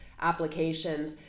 applications